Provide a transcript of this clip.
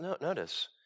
Notice